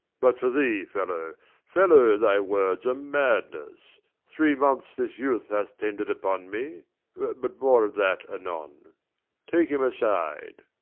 but for thee, fellow fellow, thy words are madness three months this youth hath tended upon me but more of that anon. take him aside.